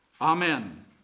Amen